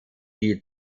die